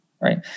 Right